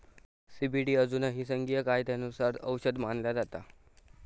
CBD अजूनही संघीय कायद्यानुसार औषध मानला जाता